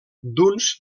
d’uns